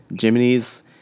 Jiminy's